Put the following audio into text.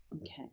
Okay